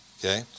Okay